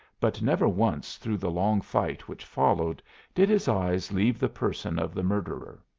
but never once through the long fight which followed did his eyes leave the person of the murderer.